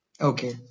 okay